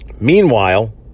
Meanwhile